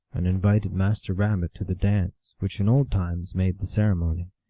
and invited master rabbit to the dance, which in old times made the ceremony.